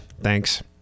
Thanks